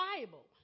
Bible